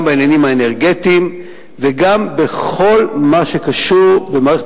גם בעניינים האנרגטיים וגם בכל מה שקשור במערכת